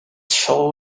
shovel